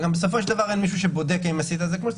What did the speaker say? ובסופו של דבר גם אין מי שבודק שעשית את זה כמו שצריך,